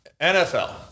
NFL